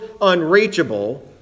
unreachable